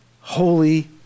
holy